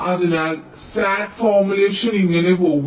അതിനാൽ SAT formulation ഇങ്ങനെ പോകുന്നു